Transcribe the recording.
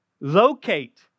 Locate